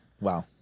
wow